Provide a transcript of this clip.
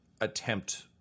attempt